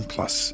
Plus